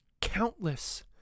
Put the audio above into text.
countless